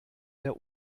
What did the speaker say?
der